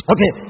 Okay